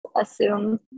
assume